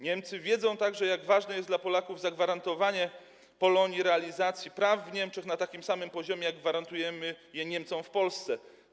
Niemcy wiedzą także, jak ważne jest dla Polaków zagwarantowanie Polonii realizacji praw w Niemczech na takim samym poziomie, jaki gwarantujemy Niemcom w Polsce.